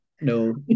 no